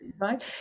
right